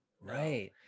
right